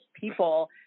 people